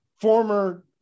former